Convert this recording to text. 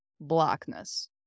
blackness